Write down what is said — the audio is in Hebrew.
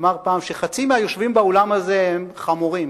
שאמר פעם שחצי מהיושבים באולם הזה הם חמורים.